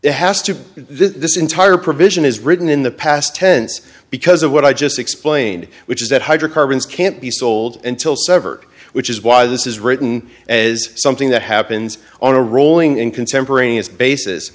to this entire provision is written in the past tense because of what i just explained which is that hydrocarbons can't be sold until sever which is why this is written as something that happens on a rolling in contemporaneous basis